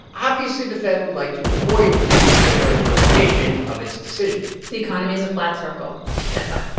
obviously, the fed would like to avoid this particular interpretation of its decision the economy is a flat circle yeah